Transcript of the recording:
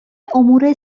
امور